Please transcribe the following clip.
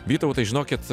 vytautai žinokit